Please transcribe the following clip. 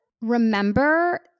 remember